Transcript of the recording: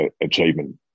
achievement